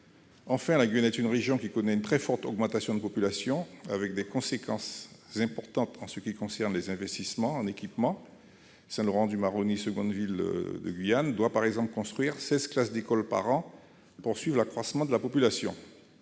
Enfin, la Guyane est une région qui connaît une très forte augmentation de population, avec des conséquences importantes en ce qui concerne les investissements en équipement : Saint-Laurent-du-Maroni, deuxième ville du territoire, doit par exemple créer seize classes d'école par an pour suivre l'accroissement de population.